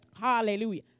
Hallelujah